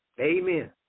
Amen